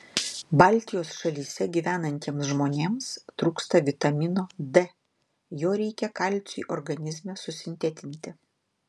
baltijos šalyse gyvenantiems žmonėms trūksta vitamino d jo reikia kalciui organizme susintetinti